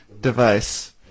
device